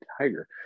Tiger